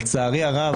לצערי הרב,